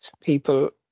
people